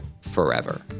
forever